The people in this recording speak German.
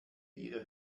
ihre